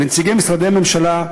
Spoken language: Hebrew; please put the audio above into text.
לנציגי משרדי הממשלה,